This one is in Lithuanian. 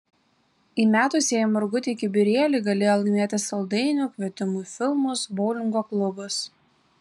įmetusieji margutį į kibirėlį galėjo laimėti saldainių kvietimų į filmus boulingo klubus